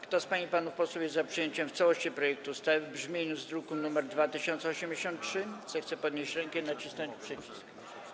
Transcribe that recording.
Kto z pań i panów posłów jest za przyjęciem w całości projektu ustawy w brzmieniu z druku nr 2083, zechce podnieść rękę i nacisnąć przycisk.